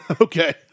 Okay